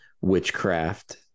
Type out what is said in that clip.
witchcraft